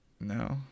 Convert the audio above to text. No